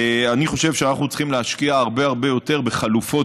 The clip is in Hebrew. אני חושב שאנחנו צריכים להשקיע הרבה הרבה יותר בחלופות